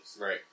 Right